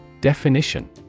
Definition